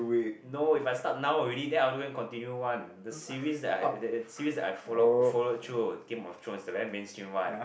no if I start now already then I will do and continue one the series that I series that I followed followed through the very mainstream one